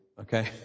Okay